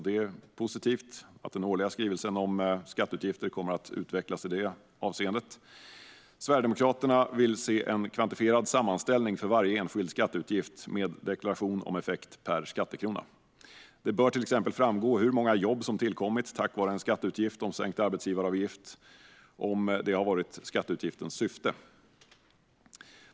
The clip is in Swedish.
Det är positivt att den årliga skrivelsen om skatteutgifter kommer att utvecklas i det avseendet. Sverigedemokraterna vill se en kvantifierad sammanställning för varje enskild skatteutgift med deklaration om effekt per skattekrona. Det bör till exempel framgå hur många jobb som tillkommit tack vare en skatteutgift om sänkt arbetsgivaravgift om det har varit skatteutgiftens syfte.